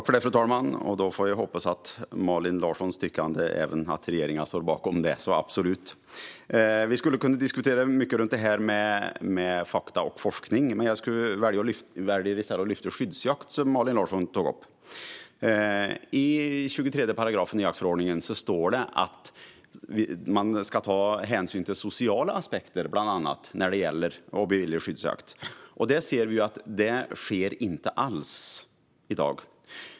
Fru talman! Då hoppas jag att även regeringen står bakom Malin Larssons tyckande. Vi skulle kunna diskutera mycket om fakta och forskning, men jag väljer att i stället lyfta upp skyddsjakt, som Malin Larsson tog upp. I 23 § jaktförordningen står det att man ska ta hänsyn till bland annat sociala aspekter när det gäller att bevilja skyddsjakt, men vi ser att detta inte alls sker i dag.